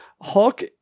Hulk